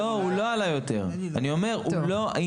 לא, הוא לא עלה יותר ואני אומר לך שהוא לא.